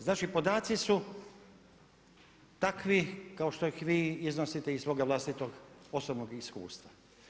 Znači podaci su takvi kao što ih vi iznosite iz svoga vlastitog osobnog iskustva.